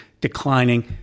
declining